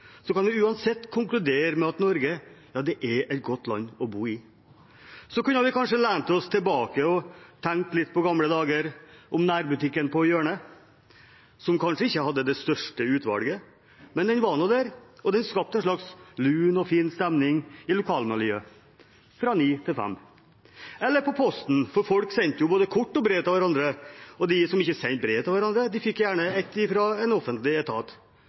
Så kunne vi kanskje lent oss tilbake og tenkt litt på gamle dager, om nærbutikken på hjørnet, som kanskje ikke hadde det største utvalget, men den var nå der, og den skapte en slags lun og fin stemning i lokalmiljøet – fra ni til fem – eller på Posten, for folk sendte jo både kort og brev til hverandre, og de som ikke sendte brev til hverandre, fikk gjerne et fra en offentlig etat,